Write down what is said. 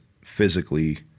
physically